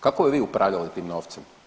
Kako bi vi upravljali tim novcem?